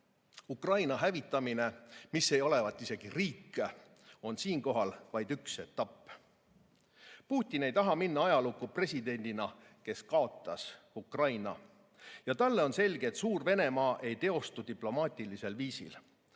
Ukraina – mis ei olevat isegi riik – hävitamine on siinkohal vaid üks etapp. Putin ei taha minna ajalukku presidendina, kes kaotas Ukraina. Talle on selge, et Suur-Venemaa ei teostu diplomaatilisel viisil.